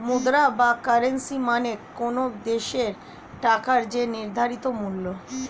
মুদ্রা বা কারেন্সী মানে কোনো দেশের টাকার যে নির্ধারিত মূল্য